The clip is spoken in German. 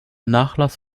nachlass